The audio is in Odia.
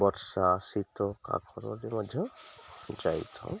ବର୍ଷା ଶୀତ କାକରରେ ମଧ୍ୟ ଯାଇଥାଉ